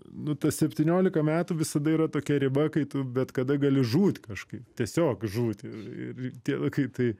nu tas septyniolika metų visada yra tokia riba kai tu bet kada gali žūt kažkaip tiesiog žūti ir ir tie kai tai